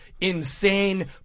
insane